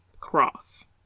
cross